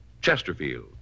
Chesterfield